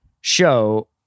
show